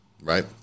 right